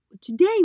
today